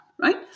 right